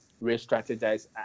re-strategize